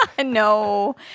no